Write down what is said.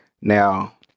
Now